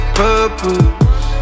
purpose